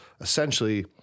essentially